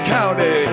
County